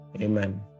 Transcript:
Amen